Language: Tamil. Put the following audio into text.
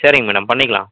சரிங்க மேடம் பண்ணிக்கலாம்